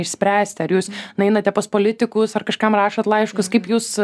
išspręsti ar jūs na einate pas politikus ar kažkam rašot laiškus kaip jūs